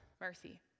mercy